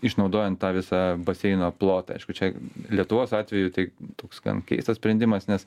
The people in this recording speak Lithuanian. išnaudojant tą visą baseino plotą aišku čia lietuvos atveju tai toks gan keistas sprendimas nes